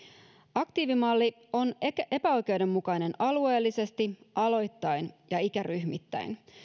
aktiivimalli on epäoikeudenmukainen alueellisesti aloittain ja ikäryhmittäin